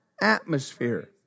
atmosphere